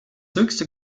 höchste